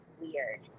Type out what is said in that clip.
weird